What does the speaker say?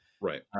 Right